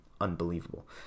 unbelievable